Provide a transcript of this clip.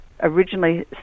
originally